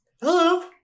Hello